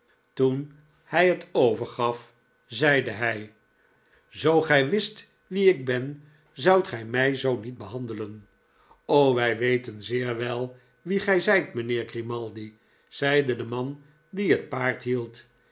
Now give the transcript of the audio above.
toen hij het overgaf zeide hij zoo gij wist wie ik ben zoudt gij mij zoo niet behandelen wij weten zeer wel wie gij zijt mijnheer grimaldi zeide de man die het paard hield